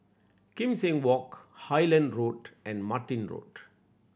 Kim Seng Walk Highland Road and Martin Road